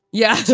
yeah.